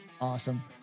Awesome